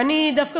ואני דווקא,